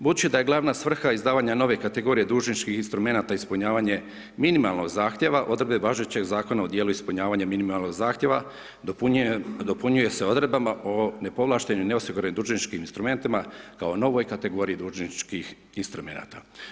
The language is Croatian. Budući da je glavna svrha izdavanja nove kategorije dužničkih instrumenata ispunjavanje minimalnog zahtjeva odredbe važećeg zakona u djelu ispunjavanja minimalnog zahtjeva, dopunjuje se odredbama o nepovlaštenim, neosiguranim dužničkim instrumentima kao novoj kategoriji dužničkih instrumenata.